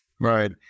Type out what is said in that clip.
Right